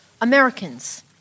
Americans